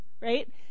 Right